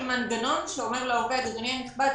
מנגנון שאומר לעובד: אדוני הנכבד,